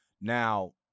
Now